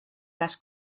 las